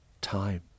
time